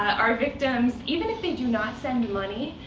our victims even if they do not send money,